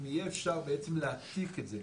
יהיה בעצם אפשר להעתיק את זה,